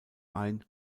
ein